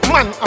Man